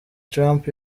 trump